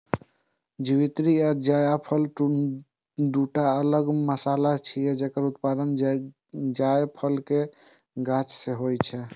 जावित्री आ जायफल, दूटा अलग मसाला छियै, जकर उत्पादन जायफल के गाछ सं होइ छै